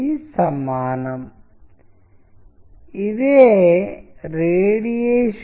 కాబట్టి ఒక నిర్దిష్ట భావోద్వేగాన్ని కమ్యూనికేట్ చేయగల ఒక వచనానికి మనము అలాంటి అనేక ఉదాహరణలను పరిశీలించవచ్చు